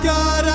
God